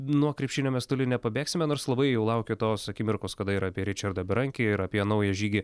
nuo krepšinio mes toli nepabėgsime nors labai jau laukia tos akimirkos kada ir apie ričardą berankį ir apie naują žygį